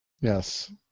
Yes